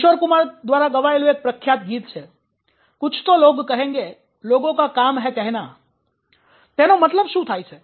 કિશોર કુમાર દ્વારા ગવાયેલું એક પ્રખ્યાત ગીત છે - "કુછ તો લોગ કહેંગે લોગો કા કામ હૈં કહેના" તેનો મતલબ શું થાય છે